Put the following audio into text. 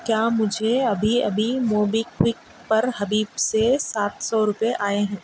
کیا مجھے ابھی ابھی موبی کوئک پر حبیب سے سات سو روپئے آئے ہیں